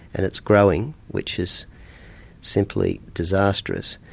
and it's growing, which is simply disastrous.